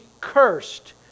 cursed